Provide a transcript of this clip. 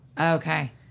Okay